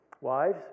Wives